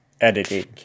editing